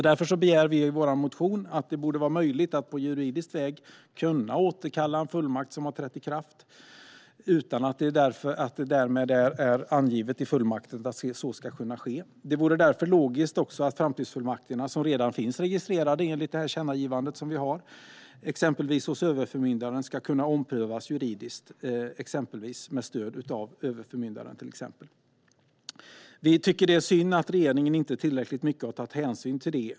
Därför begär vi i vår motion att det ska bli möjligt att på juridisk väg återkalla en fullmakt som har trätt i kraft, utan att det är angivet i fullmakten att så ska kunna ske. Det vore därför logiskt att framtidsfullmakterna, som enligt tillkännagivandet redan ska vara registrerade, exempelvis hos överförmyndaren, ska kunna omprövas juridiskt, till exempel med stöd av överförmyndaren. Vi tycker att det är synd att regeringen inte har tagit tillräcklig hänsyn till det.